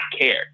care